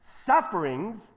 sufferings